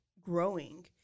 growing